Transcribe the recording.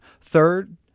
Third